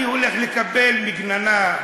אני הולך לקבל מגננה,